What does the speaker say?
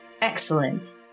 Excellent